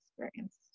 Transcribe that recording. experienced